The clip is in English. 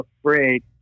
afraid